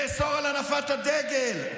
לאסור את הנפת הדגל,